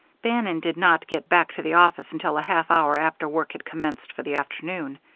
bannon did not get back to the office until a half hour after work had commenced for the afternoon.